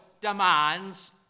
demands